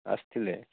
ଆସିଥିଲେ